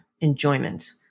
enjoyment